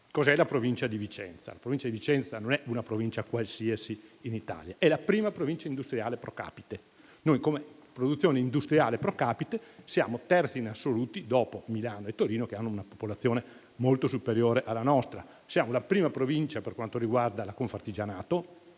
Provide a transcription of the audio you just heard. po' la questione. La provincia di Vicenza non è una provincia qualsiasi, ma è la prima in Italia per produzione industriale *pro capite*. Noi, come produzione industriale *pro capite*, siamo terzi in assoluto, dopo Milano e Torino, che hanno una popolazione molto superiore alla nostra. Siamo la prima Provincia per quanto riguarda Confartigianato